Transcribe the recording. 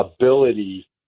ability